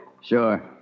Sure